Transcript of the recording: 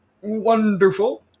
wonderful